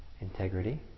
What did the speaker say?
integrity